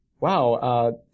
Wow